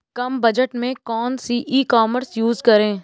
कम budget में कौन सी ई कॉमर्स यूज़ करें?